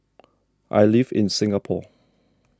I live in Singapore